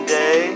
day